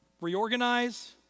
Reorganize